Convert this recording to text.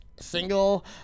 Single